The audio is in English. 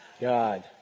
God